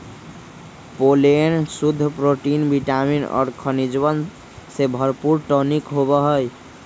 pollen शुद्ध protein vitamin और खनिजवन से भरपूर टॉनिक होबा हई